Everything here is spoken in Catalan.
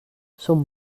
son